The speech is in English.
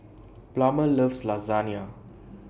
Plummer loves Lasagna